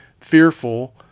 fearful